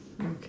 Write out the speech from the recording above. Okay